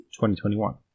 2021